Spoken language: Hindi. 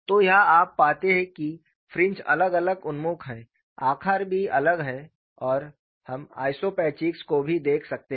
तो यहां आप पाते हैं कि फ्रिंज अलग अलग उन्मुख हैं आकार भी अलग है और हम आइसोपैचिक्स को भी देख सकते हैं